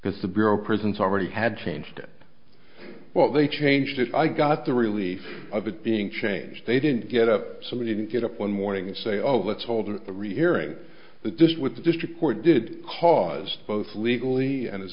because the bureau of prisons already had changed it well they changed it i got the relief of it being changed they didn't get up somebody didn't get up one morning and say oh let's hold a rehearing the disk with the district court did cause both legally and as